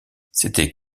c’étaient